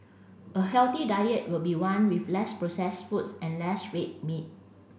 a healthy diet would be one with less processed foods and less red meat